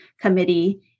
Committee